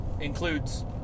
includes